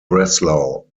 breslau